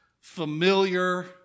familiar